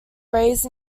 raised